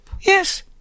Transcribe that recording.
yes